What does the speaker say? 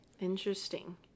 Interesting